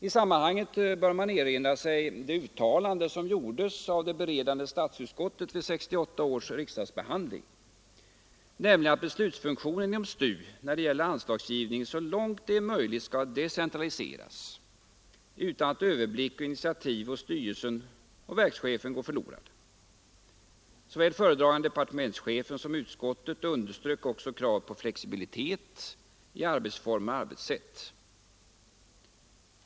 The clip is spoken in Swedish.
I sammanhanget bör man erinra sig det uttalande som gjordes av det beredande statsutskottet vid 1968 ås riksdagsbehandling, nämligen att beslutsfunktionen inom STU när det gäller anslagsgivningen så långt det är möjligt skall decentraliseras utan att överblick och initiativ hos styrelsen och verkschefen går förlorade. Såväl föredragande departementschefen som utskottet underströk också kravet på flexibilitet i arbetsformer och arbetssätt.